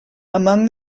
among